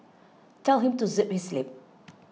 tell him to zip his lip